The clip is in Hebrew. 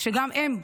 שגם הם,